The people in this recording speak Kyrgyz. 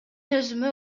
өзүмө